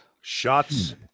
Shots